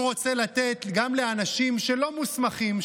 הוא רוצה לתת גם לאנשים שלא מוסמכים,